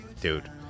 dude